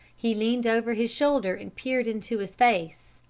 he leaned over his shoulder and peered into his face.